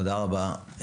תודה רבה.